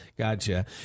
Gotcha